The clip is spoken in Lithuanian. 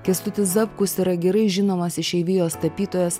kęstutis zapkus yra gerai žinomas išeivijos tapytojas